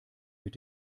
mit